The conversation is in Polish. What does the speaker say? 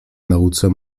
nauce